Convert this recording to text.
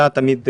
עצמם.